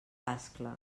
ascla